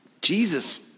Jesus